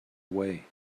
away